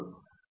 professor